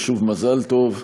שוב, מזל טוב.